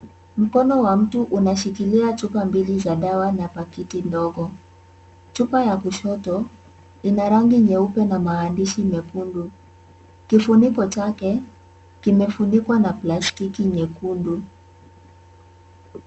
Mkono wa mtu unashikilia chupa mbili za dawa na pakiti ndogo. Chupa ya kushoto ina rangi nyeupe na maandishi mekundu. Kifuniko chake, kimefunikwa na plastiki nyekundu.